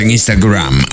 Instagram